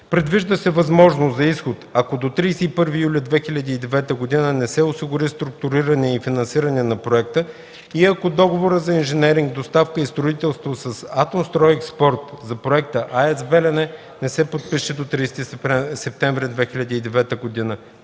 Предвижда се възможност за изход, ако до 31 юли 2009 г. не се осигури структуриране на финансирането на проекта и ако договорът за инженеринг, доставка и строителство с „Атомстройекспорт” за проекта „АЕЦ „Белене” не се подпише до 30 септември 2009 г.